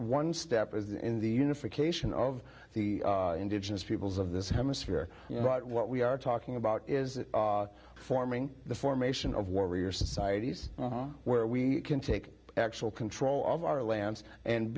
one step as in the unification of the indigenous peoples of this hemisphere right what we are talking about is forming the formation of warrior societies where we can take actual control of our lands and